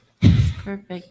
Perfect